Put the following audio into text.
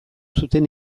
zuten